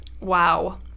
Wow